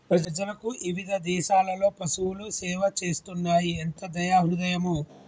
ప్రజలకు ఇవిధ దేసాలలో పసువులు సేవ చేస్తున్నాయి ఎంత దయా హృదయమో